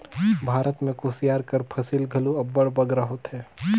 भारत में कुसियार कर फसिल घलो अब्बड़ बगरा होथे